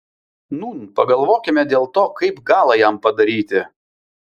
nūn pagalvokime dėl to kaip galą jam padaryti